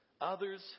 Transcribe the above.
others